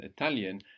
Italian